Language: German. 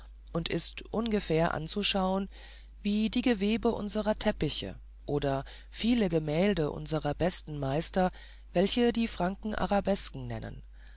und ist ungefähr anzuschauen wie die gewebe unserer teppiche oder viele gemälde unserer besten meister welche die franken arabesken nennen